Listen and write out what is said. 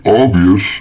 obvious